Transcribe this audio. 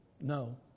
No